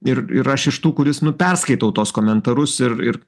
ir ir aš iš tų kuris nu perskaitau tuos komentarus ir ir